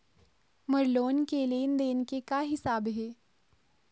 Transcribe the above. मोर loan के लेन देन के का हिसाब हे?